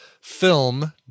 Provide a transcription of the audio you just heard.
film